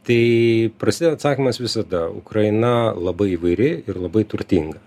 tai prasideda atsakymas visada ukraina labai įvairi ir labai turtinga